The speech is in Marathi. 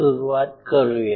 सुरुवात करुया